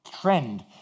trend